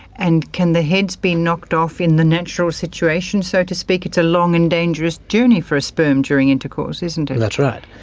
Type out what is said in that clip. and can the heads the knocked off in the natural situation, so to speak? it's a long and dangerous journey for a sperm during intercourse, isn't it. that's right.